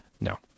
No